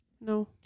No